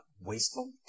wasteful